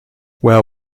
where